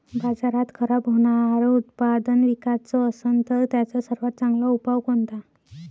बाजारात खराब होनारं उत्पादन विकाच असन तर त्याचा सर्वात चांगला उपाव कोनता?